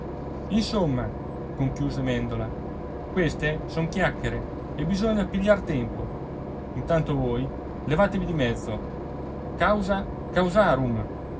guarda insomma conchiuse mèndola queste son chiacchiere e bisogna pigliar tempo intanto voi levatevi di mezzo causa causarum in